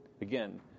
Again